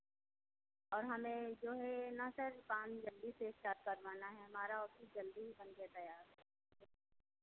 और हमें जो है ना सर काम जल्दी से स्टार्ट करवाना है हमारा ऑफ़िस जल्दी ही बनके तैयार